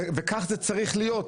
וכך זה צריך להיות.